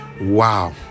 wow